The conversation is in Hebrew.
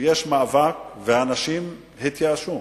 שיש מאבק ואנשים התייאשו.